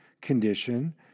condition